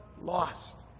lost